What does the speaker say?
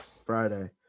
Friday